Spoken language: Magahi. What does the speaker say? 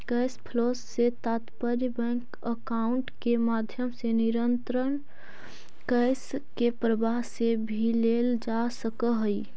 कैश फ्लो से तात्पर्य बैंक अकाउंट के माध्यम से निरंतर कैश के प्रवाह से भी लेल जा सकऽ हई